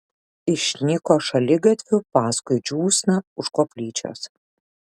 išnyko šaligatviu paskui džiūsną už koplyčios